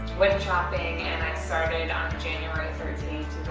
went shopping and i started on january thirteenth,